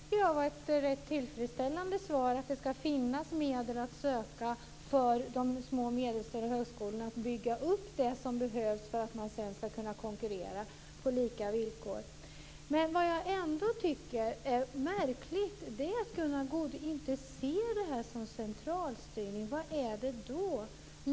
Fru talman! Det tycker jag var ett rätt tillfredsställande svar - det ska finnas medel att söka för de små och medelstora högskolorna för att bygga upp det som behövs för att de sedan ska kunna konkurrera på lika villkor. Men vad jag ändå tycker är märkligt är att Gunnar Goude inte ser detta som centralstyrning. Vad är det då?